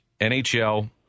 NHL